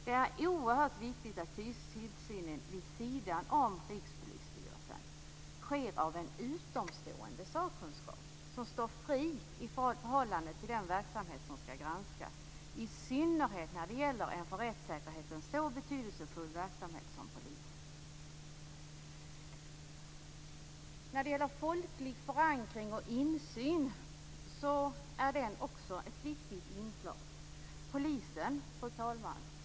Det är oerhört viktigt att tillsynen vid sidan om Rikspolisstyrelsen sker av en utomstående sakkunskap som står fri i förhållande till den verksamhet som skall granskas, i synnerhet när det gäller en för rättssäkerhet så betydelsefull verksamhet som polisen. Folklig förankring och insyn är också ett viktigt inslag.